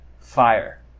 fire